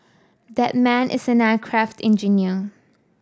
that man is an aircraft engineer